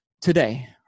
today